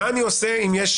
מה אני עושה אם יש